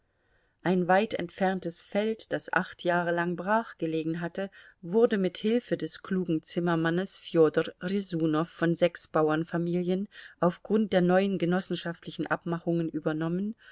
ein weit entferntes feld das acht jahre lang brachgelegen hatte wurde mit hilfe des klugen zimmermannes fjodor rjesunow von sechs bauernfamilien auf grund der neuen genossenschaftlichen abmachungen übernommen